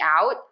out